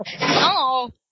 no